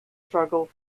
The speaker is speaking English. struggle